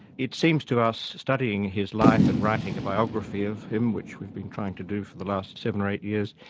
it seems to us, studying his life and writing a biography of him, which we've been trying to do for the last seven or eight years,